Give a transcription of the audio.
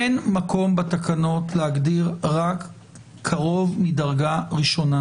אין מקום בתקנות להגדיר רק קרוב מדרגה ראשונה.